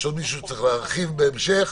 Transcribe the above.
יש עוד מישהו שצריך להרחיב בהמשך?